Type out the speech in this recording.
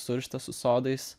surištas su sodais